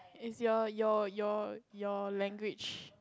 is your your your your language